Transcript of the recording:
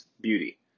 beauty